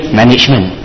management